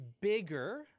bigger